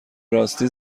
راستی